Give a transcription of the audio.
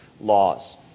laws